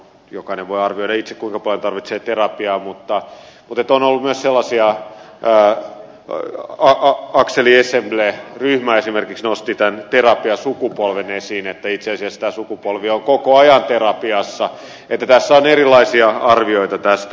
no jokainen voi arvioda itse kuinka paljon tarvitsee terapiaa mutta on ollut myös sellaisia ryhmiä kuten akseli ensemble ryhmä esimerkiksi joka nosti tämän terapiasukupolven esiin niin että itse asiassa tämä sukupolvi on koko ajan terapiassa joten tässä on erilaisia arvioita tästä